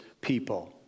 people